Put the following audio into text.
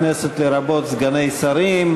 חברי הכנסת לרבות סגני שרים.